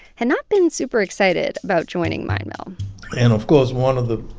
had not been super excited about joining mine mill and, of course, one of of